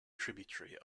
tributary